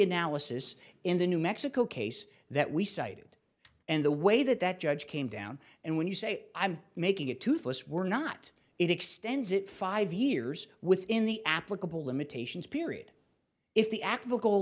analysis in the new mexico case that we cited and the way that that judge came down and when you say i'm making it toothless were not it extends it five years within the applicable limitations period if the act